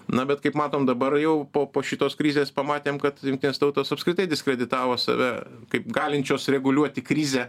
na bet kaip matom dabar jau po po šitos krizės pamatėm kad jungtinės tautos apskritai diskreditavo save kaip galinčios reguliuoti krizę